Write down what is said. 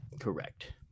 Correct